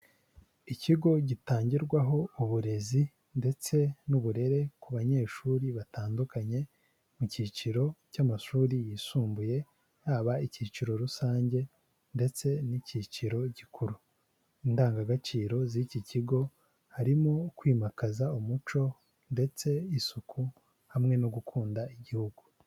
Ikigo gitangirwaho uburezi ndetse n'uburere ku banyeshuri batandukanye mu cyiciro cy'amashuri yisumbuye, yaba icyiciro rusange ndetse n'icyiciro gikuru, indangagaciro z'iki kigo harimo kwimakaza umuco ndetse isuku hamwe no gukunda igihugu.